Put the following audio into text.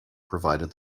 provided